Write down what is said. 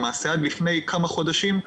למעשה עד לפני כמה חודשים,